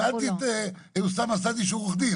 שאלתי את אוסאמה סעדי שהוא עורך דין,